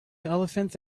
elephants